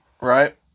right